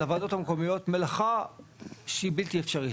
על הוועדות המקומיות מלאכה שהיא בלתי אפשרית,